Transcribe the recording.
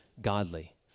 godly